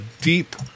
deep